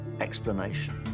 explanation